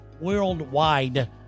worldwide